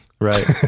right